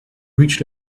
reached